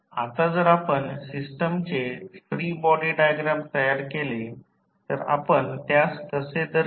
आता जर आपण सिस्टमचे फ्री बॉडी डायग्राम तयार केले तर आपण त्यास कसे दर्शवु